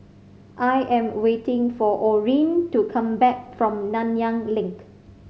I am waiting for Orene to come back from Nanyang Link